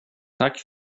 tack